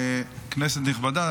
כנסת נכבדה,